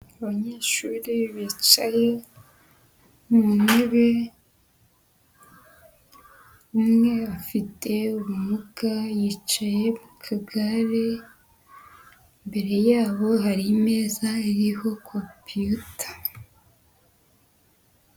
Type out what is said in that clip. Abanyeshuri bicaye mu ntebe, umwe afite ubumuga yicaye ku kagare, imbere yabo hari imeza iriho compiyuta.